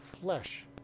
flesh